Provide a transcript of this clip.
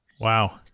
Wow